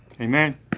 Amen